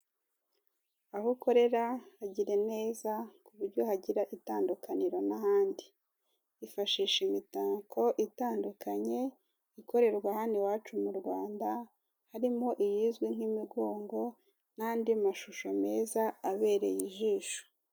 Aho ukorera hagira neza ku buryo hagira itandukaniro n'ahandi, ifashisha imitako itandukanye ikorerwa hano iwacu mu Rwanda, harimo iyizwi nk'imigongo n'andi mashusho meza abereye ijisho.